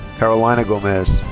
carolina gomez.